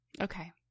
Okay